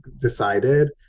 decided